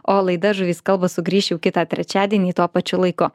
o laida žuvys kalba sugrįš jau kitą trečiadienį tuo pačiu laiku